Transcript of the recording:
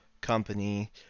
company